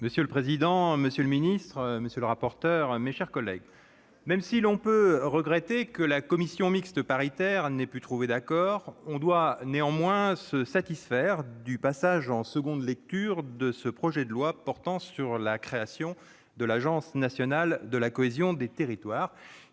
Monsieur le président, monsieur le ministre, monsieur le rapporteur, mes chers collègues, même si l'on peut regretter que la commission mixte paritaire n'ait pu aboutir à un accord, on doit se satisfaire de l'examen en nouvelle lecture de cette proposition de loi portant création d'une Agence nationale de la cohésion des territoires,